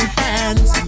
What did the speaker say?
hands